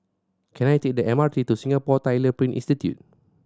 can I take the M R T to Singapore Tyler Print Institute